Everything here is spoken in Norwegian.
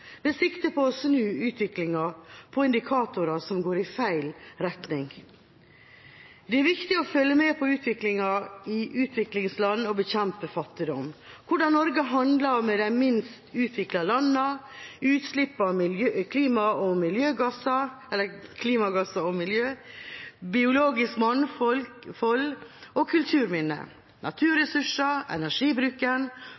med sikte på å snu utviklinga av indikatorer som går i feil retning. Det er viktig å følge med på utviklinga i utviklingsland og bekjempe fattigdom – hvordan Norge handler med de minst utviklede landene, utslipp av klima- og miljøgasser, biologisk mangfold, kulturminner, naturressurser, energibruken,